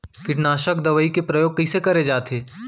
कीटनाशक दवई के प्रयोग कइसे करे जाथे?